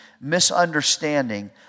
misunderstanding